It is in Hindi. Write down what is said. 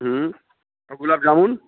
और गुलाब जामुन